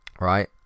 right